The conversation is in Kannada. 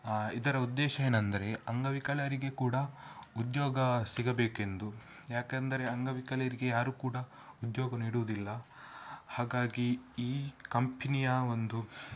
ಇದರ ಉದ್ದೇಶ ಏನಂದರೆ ಅಂಗವಿಕಲರಿಗೆ ಕೂಡ ಉದ್ಯೋಗ ಸಿಗಬೇಕೆಂದು ಯಾಕೆಂದರೆ ಅಂಗವಿಕಲರಿಗೆ ಯಾರೂ ಕೂಡ ಉದ್ಯೋಗ ನೀಡುವುದಿಲ್ಲ ಹಾಗಾಗಿ ಈ ಕಂಪೆನಿಯ ಒಂದು